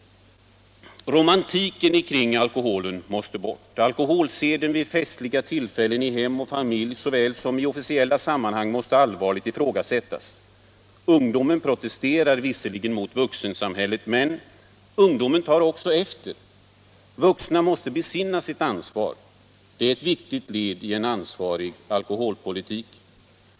Romantiken kring alkoholen måste bort. Alkoholseden vid festliga tillfällen såväl i hem och familj som i officiella sammanhang måste allvarligt ifrågasättas. Ungdomen protesterar visserligen mot vuxensamhället — men ungdomen tar också efter. Vuxna måste besinna sitt ansvar. Det är ett viktigt led i en ansvarig alkoholpolitik.